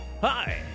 Hi